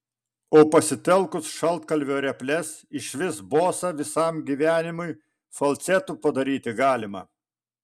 o pasitelkus šaltkalvio reples išvis bosą visam gyvenimui falcetu padaryti galima